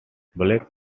blake